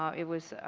ah it was